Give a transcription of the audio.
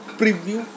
preview